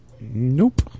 Nope